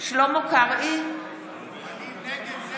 שלמה קרעי, נגד אני נגד זה